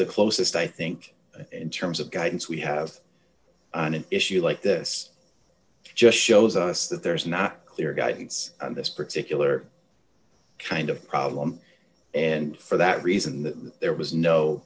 the closest i think in terms of guidance we have on an issue like this just shows us that there is not clear guidance on this particular kind of problem and for that reason that there was no